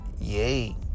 Yay